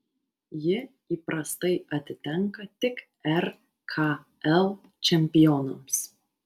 ji įprastai atitenka tik rkl čempionams